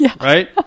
right